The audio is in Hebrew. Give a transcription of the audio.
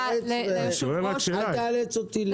אל תאלץ אותי להתחיל בקריאות לסדר.